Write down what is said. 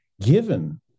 given